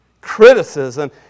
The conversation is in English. Criticism